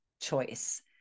choice